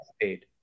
paid